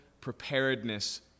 preparedness